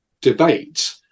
debate